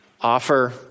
offer